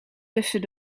tussen